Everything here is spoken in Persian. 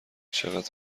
چقدر